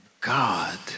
God